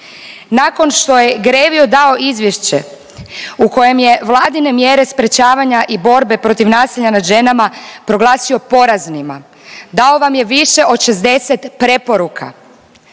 nakon što je GREVIO dao izvješće u kojem je Vladine mjere sprječavanja i borbe protiv nasilja nad ženama proglasio poraznima, dao vam je više od 60 preporuka